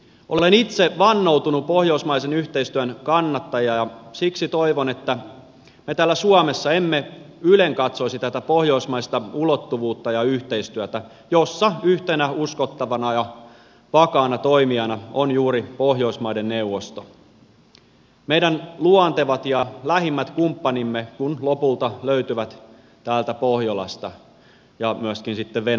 olen itse vannoutunut pohjoismaisen yhteistyön kannattaja ja siksi toivon että me täällä suomessa emme ylenkatsoisi tätä pohjoismaista ulottuvuutta ja yhteistyötä jossa yhtenä uskottavana ja vakaana toimijana on juuri pohjoismaiden neuvosto meidän luontevat ja lähimmät kumppanimme kun lopulta löytyvät täältä pohjolasta ja myöskin sitten venäjältä